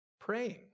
praying